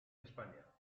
españa